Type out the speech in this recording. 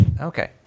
Okay